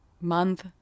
month